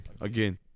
again